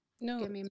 no